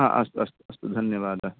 अस्तु अस्तु धन्यवादः